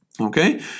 okay